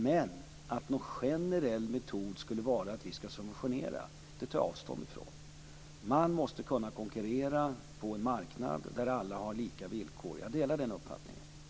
Men jag tar avstånd ifrån att det skulle vara en generell metod att vi skall subventionera. Man måste kunna konkurrera på en marknad där alla har lika villkor. Jag delar den uppfattningen.